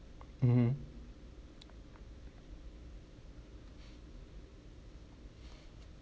mmhmm